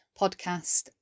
podcast